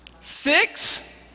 Six